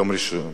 יום ראשון,